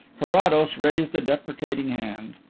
carrados raised a deprecating hand.